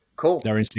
cool